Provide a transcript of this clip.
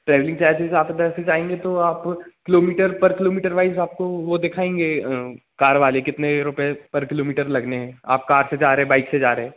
travelling charges आप इधर से जाएंगे तो आप किलोमीटर पर किलोमीटर वाइज़ आपको वो दिखाएंगे कार वाले कितने रुपये पर किलोमीटर लगने हैं आप कार से जा रहे बाइक से जा रहे